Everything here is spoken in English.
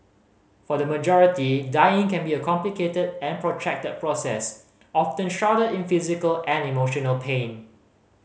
for the majority dying can be a complicated and protracted process often shrouded in physical and emotional pain